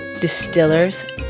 distillers